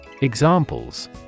Examples